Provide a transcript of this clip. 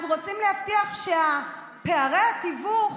אנחנו רוצים להבטיח שפערי התיווך